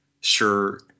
sure